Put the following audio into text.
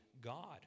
God